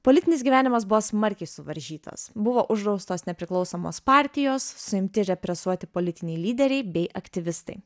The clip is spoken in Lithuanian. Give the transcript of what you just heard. politinis gyvenimas buvo smarkiai suvaržytas buvo uždraustos nepriklausomos partijos suimti ir represuoti politiniai lyderiai bei aktyvistai